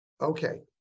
Okay